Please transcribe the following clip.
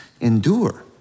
endure